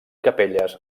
capelles